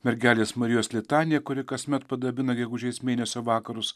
mergelės marijos litanija kuri kasmet padabina gegužės mėnesio vakarus